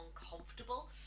uncomfortable